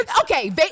Okay